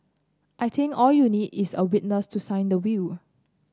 I think all you need is a witness to sign the will